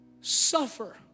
suffer